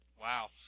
Wow